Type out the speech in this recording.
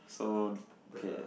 so okay